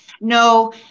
No